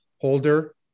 holder